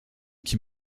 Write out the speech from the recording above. qui